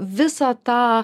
visą tą